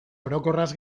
orokorraz